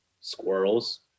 squirrels